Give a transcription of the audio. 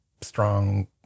strong